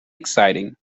exciting